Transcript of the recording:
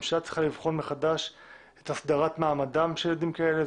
הממשלה צריכה לבחון מחדש את הסדרת מעמדם של ילדים כאלה.